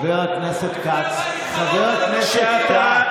אין לך בושה?